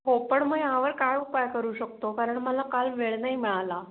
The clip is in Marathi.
हो पण मग यावर काळ उपाय करू शकतो कारण मला काल वेळ नाही मिळाला